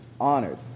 honored